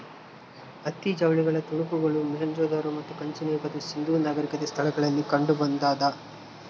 ಹತ್ತಿ ಜವಳಿಗಳ ತುಣುಕುಗಳು ಮೊಹೆಂಜೊದಾರೋ ಮತ್ತು ಕಂಚಿನ ಯುಗದ ಸಿಂಧೂ ನಾಗರಿಕತೆ ಸ್ಥಳಗಳಲ್ಲಿ ಕಂಡುಬಂದಾದ